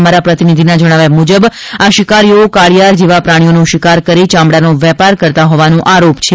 અમારા પ્રતિનિધિના જણાવ્યા મુજબ આ શિકારીઓ કાળિયાર જેવા પ્રાણીઓનો શિકાર કરી ચામડાનો વેપાર કરતા હોવાનો આરોપ છે